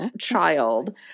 child